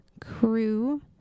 crew